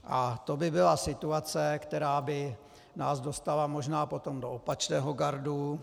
A to by byla situace, která by nás dostala možná potom do opačného gardu.